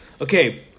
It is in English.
okay